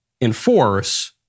enforce